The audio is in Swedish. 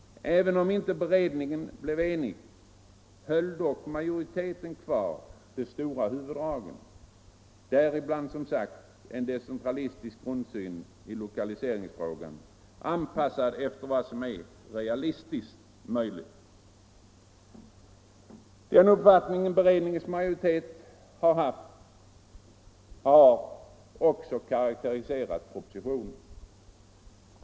Även om inte beredningen blev enig höll dock majoriteten kvar de stora huvuddragen, däribland som sagt en decentralistisk grundsyn i lokaliseringsfrågan anpassad efter vad som är realistiskt möjligt. Den uppfattning beredningsmajoriteten haft har karakteriserat propositionen.